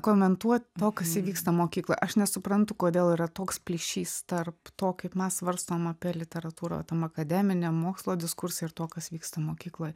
komentuot to kas įvyksta mokykloj aš nesuprantu kodėl yra toks plyšys tarp to kaip mes svarstom apie literatūrą tam akademiniam mokslo diskurse ir to kas vyksta mokykloj